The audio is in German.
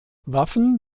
waffen